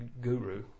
guru